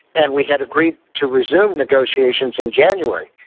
and we had agreed to resume negotiations in january.